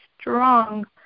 strong